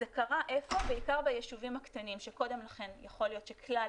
זה קרה בעיקר ביישובים הקטנים שקודם לכן יכול להיות שכלל